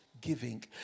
giving